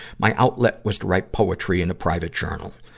my outlet was to write poetry in a private journal.